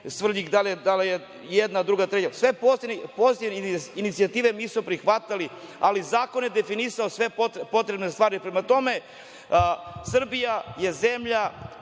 Svrljig, da li je jedna, druga, treća, sve pozitivne inicijative mi smo prihvatali, ali zakon je definisao sve potrebne stvari. Prema tome, Srbija je zemlja